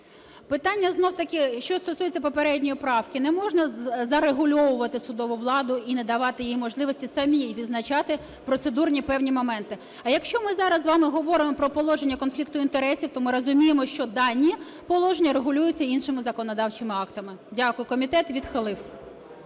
ж таки, що стосується попередньої правки. Не можна зарегульовувати судову владу і не давати їй можливості самій визначати процедурні певні моменти. А якщо ми зараз з вами говоримо про положення конфлікту інтересів, то ми розуміємо, що дані положення регулюються іншими законодавчими актами. Дякую. Комітет відхилив.